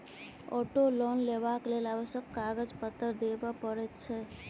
auto loan लेबाक लेल आवश्यक कागज पत्तर देबअ पड़ैत छै